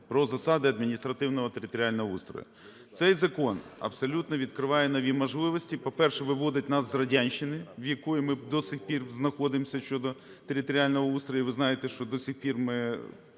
про засади адміністративного і територіального устрою. Цей закон абсолютно відкриває нові можливості. По-перше, виводить нас з радянщини, в якій ми до сих пір знаходимося щодо територіального устрою. І ви знаєте, що до сих пір ми